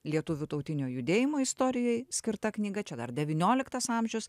lietuvių tautinio judėjimo istorijai skirta knyga čia dar devynioliktas amžius